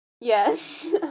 yes